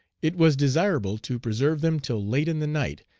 it was desirable to preserve them till late in the night,